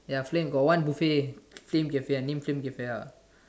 ya flame got one buffet name flame cafe ah name flame cafe ah